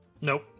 Nope